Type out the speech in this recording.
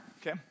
okay